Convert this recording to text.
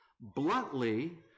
Bluntly